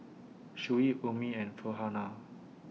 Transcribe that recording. Shuib Ummi and Farhanah